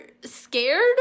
scared